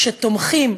שתומכים,